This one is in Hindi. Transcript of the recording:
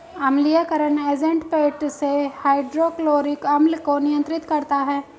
अम्लीयकरण एजेंट पेट में हाइड्रोक्लोरिक अम्ल को नियंत्रित करता है